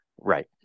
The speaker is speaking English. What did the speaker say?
Right